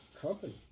company